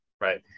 Right